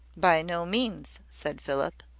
by no means, said philip.